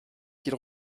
qu’il